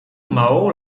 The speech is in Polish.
małą